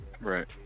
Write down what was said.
Right